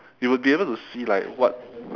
you would be able to see like what